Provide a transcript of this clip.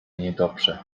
niedobrze